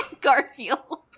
Garfield